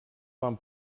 van